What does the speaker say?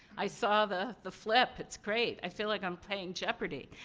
i saw the the flip. it's great! i feel like i'm playing jeopardy.